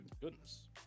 Goodness